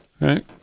Right